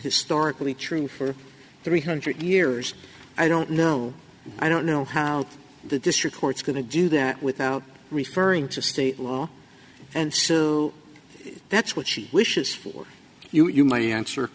historically true for three hundred years i don't know i don't know how the district court's going to do that without referring to state law and so that's what she wishes for you you might answer